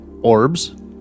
orbs